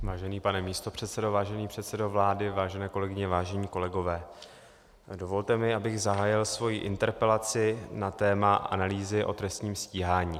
Vážený pane místopředsedo, vážený předsedo vlády, vážené kolegyně, vážení kolegové, dovolte mi, abych zahájil svoji interpelaci na téma analýzy o trestním stíhání.